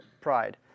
pride